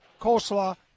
coleslaw